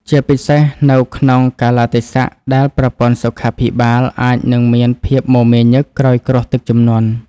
ជាពិសេសនៅក្នុងកាលៈទេសៈដែលប្រព័ន្ធសុខាភិបាលអាចនឹងមានភាពមមាញឹកក្រោយគ្រោះទឹកជំនន់។